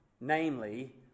Namely